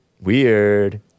Weird